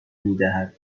میدهد